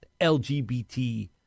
LGBT